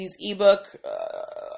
ebook